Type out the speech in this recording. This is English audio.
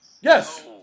Yes